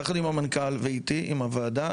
יחד עם המנכ"ל ואיתי, עם הוועדה.